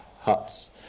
huts